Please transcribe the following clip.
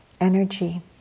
energy